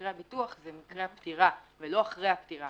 מקרה הביטוח הוא מקרה הפטירה ולא אחרי הפטירה.